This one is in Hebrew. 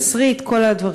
תשריט וכל הדברים.